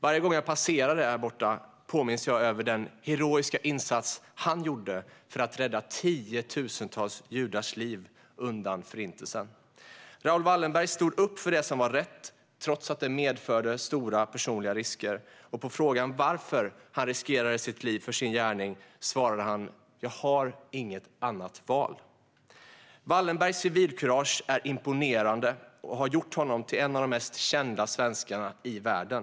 Varje gång jag passerar det påminns jag om den heroiska insats som han gjorde för att rädda tiotusentals judars liv undan Förintelsen. Raoul Wallenberg stod upp för det som var rätt, trots att det medförde stora personliga risker. På frågan varför han riskerade sitt liv för sin gärning svarade han: "Jag har inget annat val." Wallenbergs civilkurage är imponerande, och det har gjort honom till en av det mest kända svenskarna i världen.